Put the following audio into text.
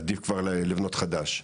עדיף כבר לבנות חדש,